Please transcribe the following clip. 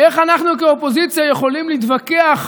איך אנחנו כאופוזיציה יכולים להתווכח